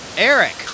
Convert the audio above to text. Eric